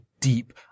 deep